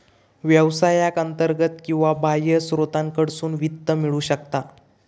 व्यवसायाक अंतर्गत किंवा बाह्य स्त्रोतांकडसून वित्त मिळू शकता